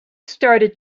started